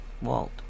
Walt